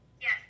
Yes